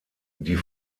die